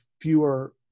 fewer